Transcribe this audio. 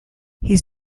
his